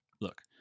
look